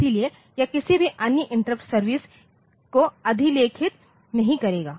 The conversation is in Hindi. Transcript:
इसलिए यह किसी भी अन्य इंटरप्ट सर्विस को अधिलेखित नहीं करेगा